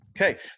Okay